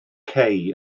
cei